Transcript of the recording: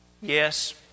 Yes